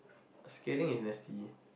skading is nasty